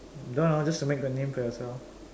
don't know just to make the name for yourself